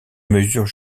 mesurent